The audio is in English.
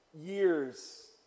years